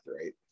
right